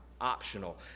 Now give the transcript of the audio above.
optional